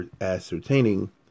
ascertaining